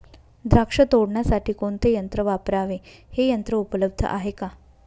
द्राक्ष तोडण्यासाठी कोणते यंत्र वापरावे? हे यंत्र उपलब्ध आहे का?